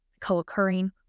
co-occurring